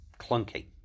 clunky